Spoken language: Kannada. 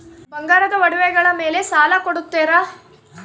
ಬಂಗಾರದ ಒಡವೆಗಳ ಮೇಲೆ ಸಾಲ ಕೊಡುತ್ತೇರಾ?